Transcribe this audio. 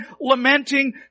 lamenting